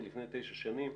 מלפני תשע שנים,